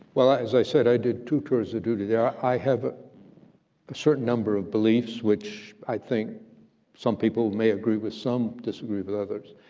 well, as i said, i did two tours of duty there. i have a certain number of beliefs, which i think some people may agree with. some disagree with others.